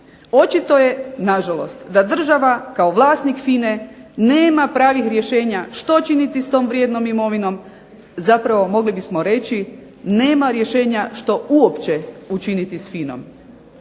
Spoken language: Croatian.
Očito je na žalost da država kao vlasnik FINA-e nema pravih rješenja što činiti s tom vrijednom imovinom zapravo mogli bismo reći nema rješenja što uopće učiniti s FINA-om